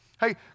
hey